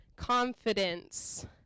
Confidence